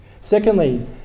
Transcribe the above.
Secondly